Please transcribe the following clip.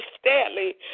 Stanley